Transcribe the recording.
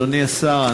אדוני השר,